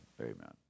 amen